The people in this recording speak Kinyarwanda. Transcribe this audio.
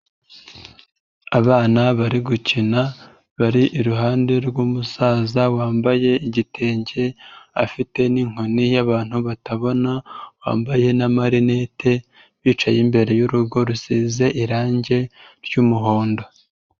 Abana bari gukina bari iruhande rw'umusaza wambaye igitenge, afite n'inkoni y'abantu batabona, wambaye n'amarinete bicaye imbere y'urugo rusize irangi ry'umuhondo.